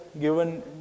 given